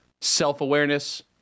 Self-awareness